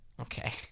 Okay